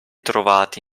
trovati